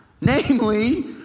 Namely